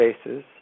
spaces